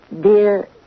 Dear